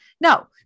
No